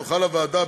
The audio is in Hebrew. תוכל הוועדה,